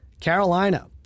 Carolina